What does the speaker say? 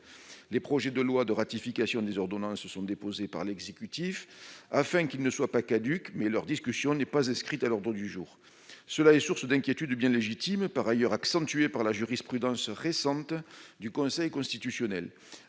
les projets de loi de ratification des ordonnances sont déposées par l'exécutif afin qu'ils ne soient pas caduques, mais leurs discussions n'est pas inscrite à l'ordre du jour, cela est source d'inquiétude bien légitime par ailleurs accentué par la jurisprudence récente du Conseil constitutionnel,